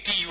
T U